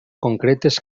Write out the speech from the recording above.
concretes